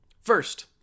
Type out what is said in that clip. First